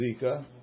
zika